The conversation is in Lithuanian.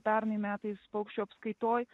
pernai metais paukščių apskaitoj